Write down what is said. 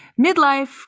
midlife